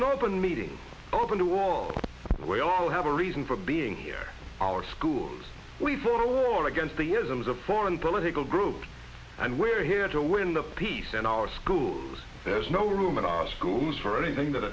an open meeting open to all we all have a reason for being here our school week or against the years a foreign political group and we're here to win the peace in our schools there's no room in our schools for anything that